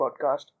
Podcast